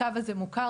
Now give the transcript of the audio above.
הקו הזה מוכר.